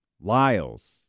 Lyles